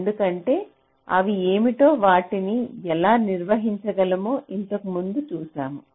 ఎందుకంటే ఇవి ఏమిటో వాటిని ఎలా నిర్వహించగలమో ఇంతకుముందు చూశాము